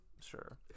Sure